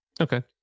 Okay